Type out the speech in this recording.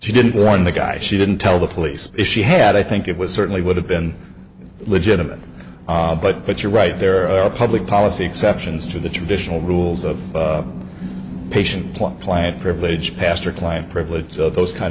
she didn't run the guy she didn't tell the police if she had i think it was certainly would have been legitimate but but you're right there are public policy exceptions to the traditional rules of patient point plant privilege pastor client privilege so those kind